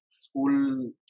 school